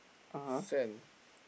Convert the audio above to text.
send